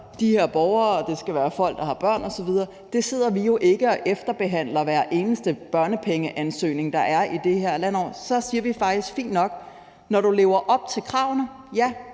de her borgere, og det skal være folk, der har børn osv. Vi sidder jo ikke og efterbehandler hver eneste børnepengeansøgning, der er i det her land. Der siger vi faktisk: Fint nok, når du lever op til kravene, har